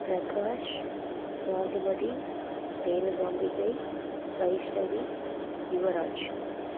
Prakash Kanthimathi Renukambigai Vaishnavi Yuvraj